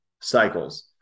cycles